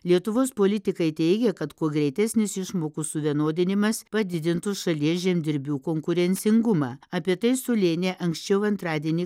lietuvos politikai teigia kad kuo greitesnis išmokų suvienodinimas padidintų šalies žemdirbių konkurencingumą apie tai su lėne anksčiau antradienį